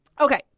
Okay